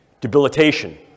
debilitation